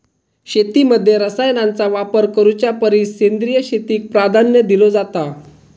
शेतीमध्ये रसायनांचा वापर करुच्या परिस सेंद्रिय शेतीक प्राधान्य दिलो जाता